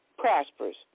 Prosperous